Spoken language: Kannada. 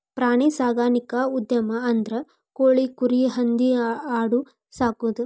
ಪ್ರಾಣಿ ಸಾಕಾಣಿಕಾ ಉದ್ಯಮ ಅಂದ್ರ ಕೋಳಿ, ಕುರಿ, ಹಂದಿ ಆಡು ಸಾಕುದು